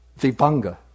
Vibhanga